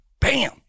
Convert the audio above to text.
Bam